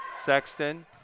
Sexton